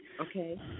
okay